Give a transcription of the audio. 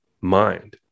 mind